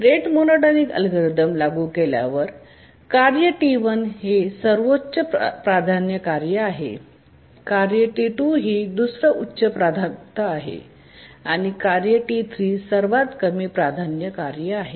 rate monotonic algorithm लागू केल्यावर कार्य T1 हे सर्वोच्च प्राधान्य कार्य आहे कार्य T2 ही दुसरी उच्च प्राथमिकता आहे आणि कार्य T3 सर्वात कमी प्राधान्य कार्य आहे